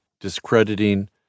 discrediting